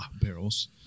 barrels